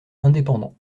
indépendant